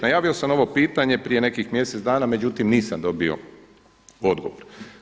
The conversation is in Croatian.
Najavio sam ovo pitanje prije nekih mjesec dana, međutim nisam dobio odgovor.